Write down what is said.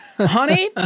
honey